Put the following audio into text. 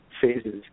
phases